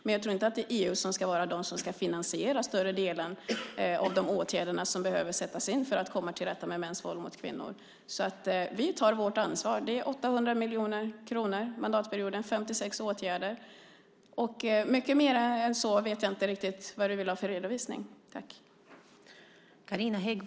Men jag tror inte att EU ska finansiera större delen av de åtgärder som behöver sättas in för att komma till rätta med mäns våld mot kvinnor. Vi tar vårt ansvar. Det är 800 miljoner kronor under mandatperioden, 56 åtgärder. Mycket mer än så vet jag inte riktigt vad du vill ha redovisning av.